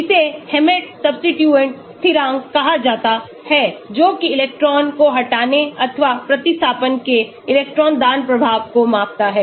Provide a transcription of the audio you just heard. इसे Hammett substituent स्थिरांक कहा जाता है जो कि इलेक्ट्रान को हटाने अथवा प्रतिस्थापन के इलेक्ट्रॉन दान प्रभाव को मापता है